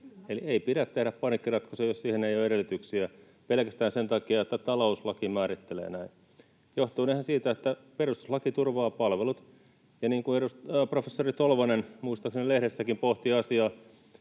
Eli ei pidä tehdä paniikkiratkaisua, jos siihen ei ole edellytyksiä, pelkästään sen takia, että talouslaki määrittelee näin — johtuen ihan siitä, että perustuslaki turvaa palvelut. Ja niin kuin professori Tolvanen muistaakseni lehdessäkin pohti asiaa,